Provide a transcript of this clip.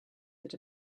that